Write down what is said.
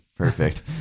Perfect